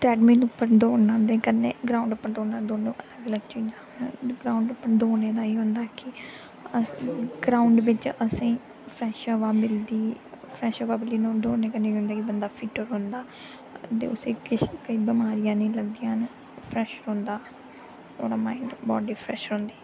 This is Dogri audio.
ट्रेडमिल उप्पर दौड़ना ते कन्नै ग्राउंड उप्पर दौड़ना दोनों अलग अलग चीजां ग्राउंड उप्पर दौड़ना दा एह् होंदा की असें गी ग्राउंड बिच असें गी फ्रैश हवा मिलदी फ्रैश हवा कन्नै दौड़ना कन्नै बंदा फिट रौह्ंदा उसी किश कोई बमारियां नेईं लगदियां हैन फ्रैश रौह्ंदा होर माइंड दे बॉडी फ्रैश रौह्ंदी